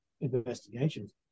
investigations